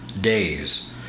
days